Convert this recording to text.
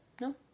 No